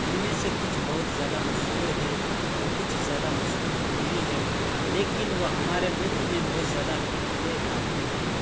ان میں سے کچھ بہت زیادہ مشہور ہے اور کچھ زیادہ مشہور تو نہیں ہے لیکن وہ ہمارے ملک میں بہت زیادہ کھیلے جاتے ہیں